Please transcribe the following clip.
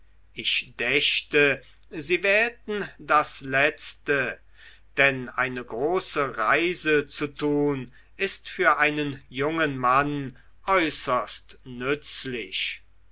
ich dächte sie wählten das letzte denn eine große reise zu tun ist für einen jungen mann äußerst nützlich